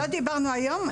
לא דברנו היום?